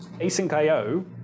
async.io